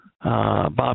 Bob